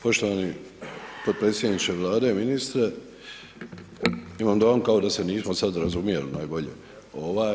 Poštovani potpredsjedniče Vlade, ministre imam dojam kao da se nismo sad razumjeli najbolje.